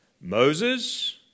Moses